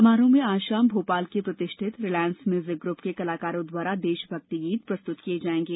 समारोह में आज शाम भोपाल के प्रतिष्ठित रिलायंस म्यूजिक ग्रुप के कलाकारों द्वारा देशभक्ति गीत प्रस्तुत किये जायेंगे